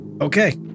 Okay